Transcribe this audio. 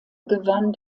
gewann